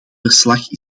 verslag